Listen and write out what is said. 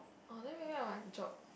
orh then maybe i must jog